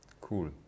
cool